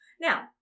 Now